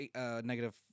negative